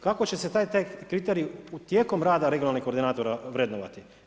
Kako će se taj kriterij tijekom rada regionalnih koordinatora vrednovati?